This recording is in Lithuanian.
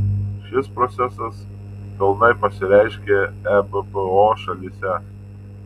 šis procesas pilnai pasireiškė ebpo šalyse